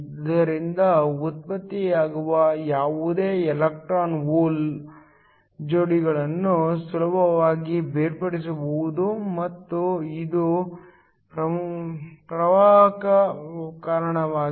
ಆದ್ದರಿಂದ ಉತ್ಪತ್ತಿಯಾಗುವ ಯಾವುದೇ ಎಲೆಕ್ಟ್ರಾನ್ ಹೋಲ್ ಜೋಡಿಗಳನ್ನು ಸುಲಭವಾಗಿ ಬೇರ್ಪಡಿಸಬಹುದು ಮತ್ತು ಇದು ಪ್ರವಾಹಕ್ಕೆ ಕಾರಣವಾಗುತ್ತದೆ